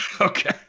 Okay